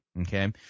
Okay